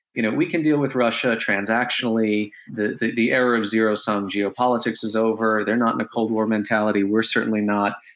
you know we can deal with russia transactionally, the the arab zero-sum geopolitics is over, they're not in a cold war mentality, we're certainly not,